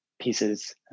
pieces